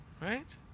right